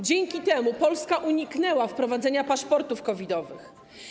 Dzięki temu Polska uniknęła wprowadzenia paszportów COVID-owych.